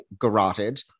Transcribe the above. garroted